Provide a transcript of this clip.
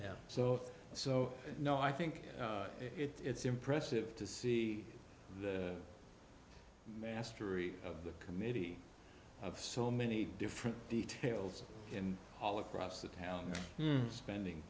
yeah so so no i think it's impressive to see mastery of the committee of so many different details in all across the town spending